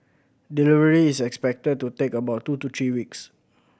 delivery is expected to take about two to three weeks